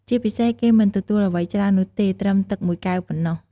ជាពិសេសគេមិនទទួលអ្វីច្រើននោះទេ ត្រឹមទឹក១កែវប៉ុណ្ណោះ។